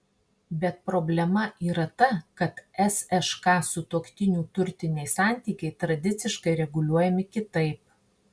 bet problema yra ta kad sšk sutuoktinių turtiniai santykiai tradiciškai reguliuojami kitaip